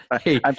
Hey